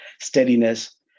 Steadiness